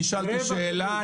נשאלתי שאלה.